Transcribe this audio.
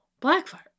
Blackfire